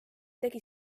tegi